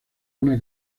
una